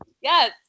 yes